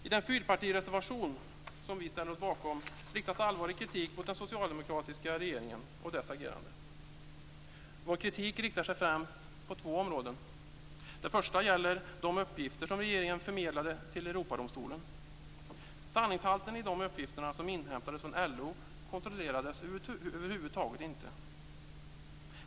I den fyrpartireservation som vi ställer oss bakom riktas allvarlig kritik mot den socialdemokratiska regeringen och dess agerande. Vår kritik riktar sig främst mot två områden. Det första gäller de uppgifter som regeringen förmedlade till Europadomstolen. LO, kontrollerades över huvud taget inte.